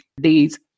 days